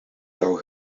zou